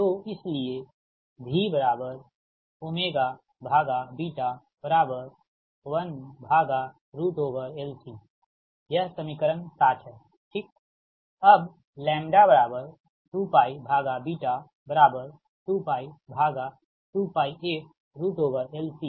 तो इसलिए v 1LCयह समीकरण 60 है ठीक